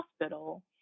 hospital